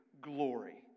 glory